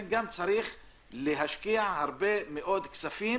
צריך להשקיע הרבה מאוד כספים